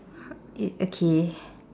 i~ okay